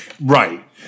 Right